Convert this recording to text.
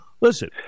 listen